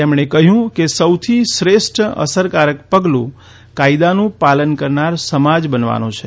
તેમણે કહયું કે સૌથી શ્રેષ્ઠ અસરકારક પગલુ કાયદાનું પાલન કરનાર સમાજ બનાવવાનો છે